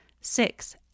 Six